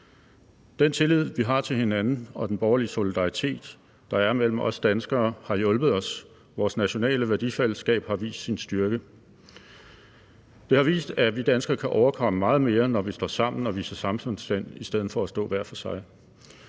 Den tillid, vi har til hinanden, og den borgerlige solidaritet, der er mellem os danskere, har hjulpet os. Vores nationale værdifællesskab har vist sin styrke. Det har vist, at vi danskere kan overkomme meget mere, når vi står sammen og viser samfundssind i stedet for at stå hver for sig.